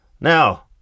Now